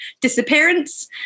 disappearance